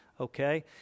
okay